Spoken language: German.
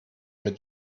mit